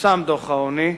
פורסם דוח העוני,